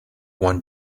one